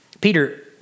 Peter